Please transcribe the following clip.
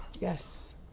Yes